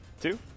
two